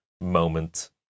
moment